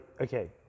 okay